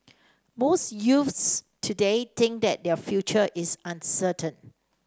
most youths today think that their future is uncertain